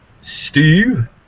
Steve